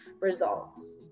results